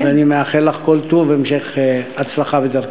אני מאחל לך כל טוב והמשך הצלחה בדרכך.